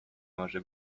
może